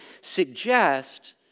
suggest